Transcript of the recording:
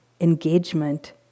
engagement